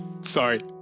Sorry